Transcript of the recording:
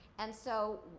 and, so,